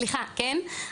סליחה כן,